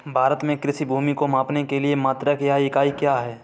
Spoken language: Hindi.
भारत में कृषि भूमि को मापने के लिए मात्रक या इकाई क्या है?